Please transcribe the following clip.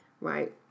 Right